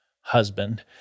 husband